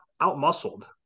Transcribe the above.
out-muscled